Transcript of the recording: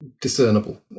discernible